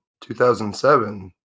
2007